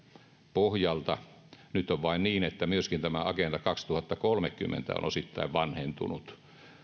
pohjalta nyt on vain niin että myöskin tämä agenda kaksituhattakolmekymmentä on osittain vanhentunut